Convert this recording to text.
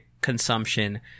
consumption